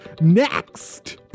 Next